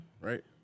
right